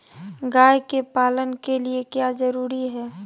गाय के पालन के लिए क्या जरूरी है?